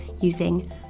using